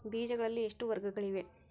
ಬೇಜಗಳಲ್ಲಿ ಎಷ್ಟು ವರ್ಗಗಳಿವೆ?